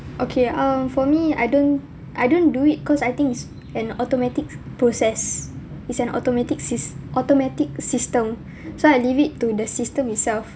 okay um for me I don't I don't do it cause I think it's an automatics process it's an automatic sys~ automatic system so I leave it to the system itself